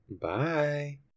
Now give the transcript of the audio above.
Bye